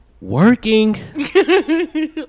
Working